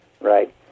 right